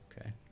Okay